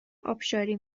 ابشاری